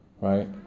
right